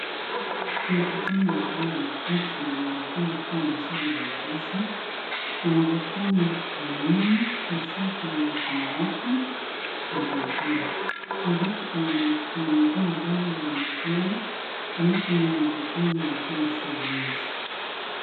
Kuna kijana ambaye ameketi na anaonekana kuwa na shida ya ngozi. Ana vipele mwilini hasa kwenye mikono yake na miguu. Kando yake kuna mig kuna miguu ambayo inaonekana vile vile ina vipele lakini si mingi.